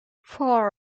four